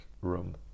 room